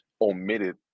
omitted